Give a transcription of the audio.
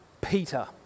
Peter